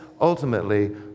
ultimately